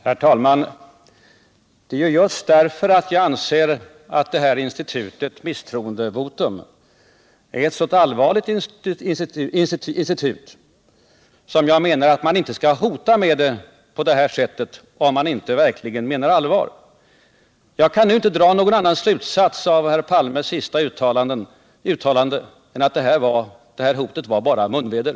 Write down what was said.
Herr talman! Det är ju just därför att jag anser att det här institutet — misstroendevotum -— är en så allvarlig sak som jag menar att man inte skall hota med det på detta sätt om man inte verkligen menar allvar. Jag kan nu inte dra någon annan slutsats av herr Palmes senaste uttalande än att hotet bara var munväder.